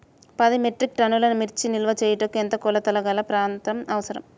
పది మెట్రిక్ టన్నుల మిర్చి నిల్వ చేయుటకు ఎంత కోలతగల ప్రాంతం అవసరం?